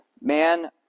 Man